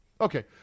Okay